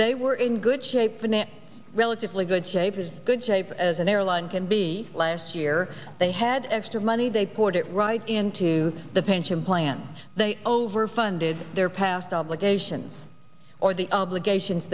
they were in good shape in a relatively good shape is good shape as an airline can be last year they had extra money they poured it right into the pension plan they overfunded their past obligations or the obligations